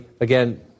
again